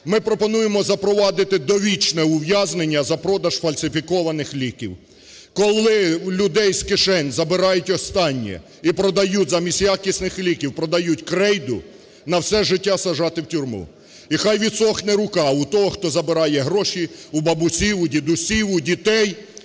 Ми пропонуємо запровадити довічне ув'язнення за продаж фальсифікованих ліків. Коли у людей з кишень забирають останнє і продають… замість якісних ліків продають крейду, на все життя саджати в тюрму. І хай відсохне рука у того, хто забирає гроші у бабусь, у дідусів, у дітей,